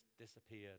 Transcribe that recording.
disappeared